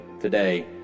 today